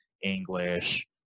English